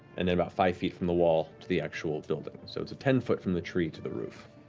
and then about five feet from the wall to the actual building. so it's a ten foot from the tree to the roof.